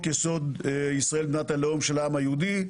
יסוד: ישראל מדינת הלאום של העם היהודי.